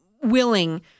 willing